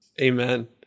Amen